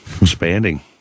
expanding